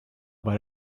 but